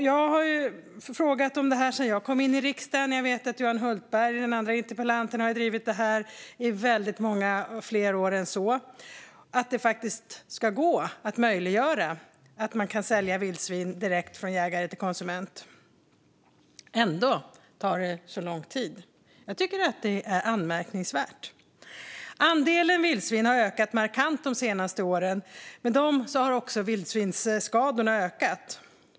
Jag har ställt frågor sedan jag kom in i riksdagen, och jag vet att den andra interpellanten Johan Hultberg har drivit dessa frågor om att göra det möjligt att sälja vildsvin direkt från jägare till konsument i många fler år än så. Ändå tar det så lång tid. Jag tycker att det är anmärkningsvärt. Andelen vildsvin har ökat markant de senaste åren. Med dem har också vildsvinsskadorna ökat.